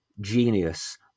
genius